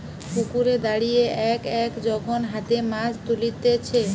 পুকুরে দাঁড়িয়ে এক এক যখন হাতে মাছ তুলতিছে